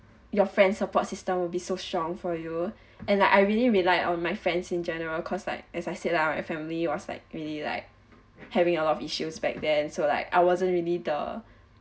your friends support system will be so strong for you and like I really rely on my friends in general cause like as I said lah our family was like really like having a lot of issues back then so like I wasn't really the